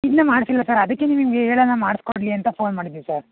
ಇನ್ನು ಮಾಡಿಸಿಲ್ಲ ಸರ್ ಅದಕ್ಕೆ ನಿಮಗೆ ಹೇಳೋಣ ಮಾಡಿಸ್ಕೊಡ್ಲಿ ಅಂತ ಫೋನ್ ಮಾಡಿದ್ವಿ ಸರ್